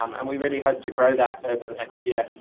um and we really hope to grow that over the next year,